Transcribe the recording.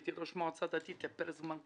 הייתי ראש מועצה דתית לפרק זמן קצר.